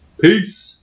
peace